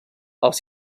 els